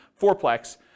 fourplex